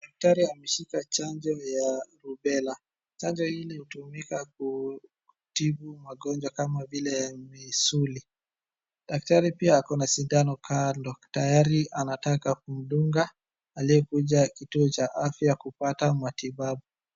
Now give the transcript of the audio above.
Daktari ameshika chanjo ya rubella. Chanjo hili hutumika kutibu magonjwa kama vile misuli. Daktari pia ako na sindano kando, tayari anataka kumdunga aliyekuja kituo cha afya kupata matibabu.